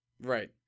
right